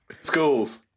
schools